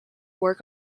work